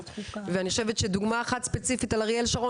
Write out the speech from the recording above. ואני חושבת שדוגמא אחת ספציפית על אריאל שרון